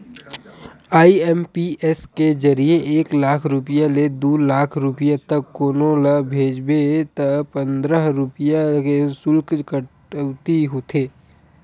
IMPS के जरिए एक लाख रूपिया ले दू लाख रूपिया तक कोनो ल भेजबे त पंद्रह रूपिया के सुल्क कटउती होथे